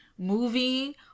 movie